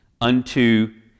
unto